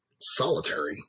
solitary